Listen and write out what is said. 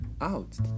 out